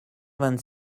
vingt